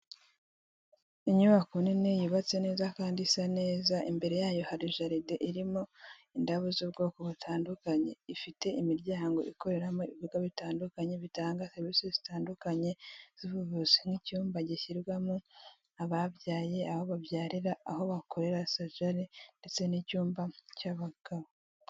Inyubako nini yubatse neza kandi isa neza, imbere yayo hari jaride irimo indabo z'ubwoko butandukanye, ifite imiryango ikoreramo ibigo bitandukanye bitanga serivisi zitandukanye z'ubuvuzi n'icyumba gishyirwamo ababyaye, aho babyarira, aho bakorera sajari ndetse n'icyumba cy'abagabo.